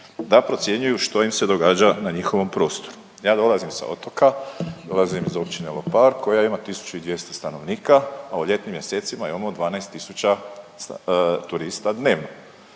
da procjenjuju što im se događa na njihovom prostoru. Ja dolazim sa otoka, dolazim iz općine Lopar koja ima 1200 stanovnika, a u ljetnim mjesecima imamo 12 tisuća turista dnevno